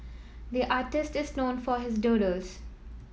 the artist is known for his doodles